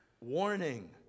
warning